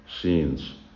scenes